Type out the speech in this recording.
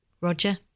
Roger